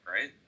right